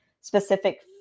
specific